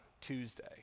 Tuesday